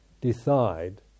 decide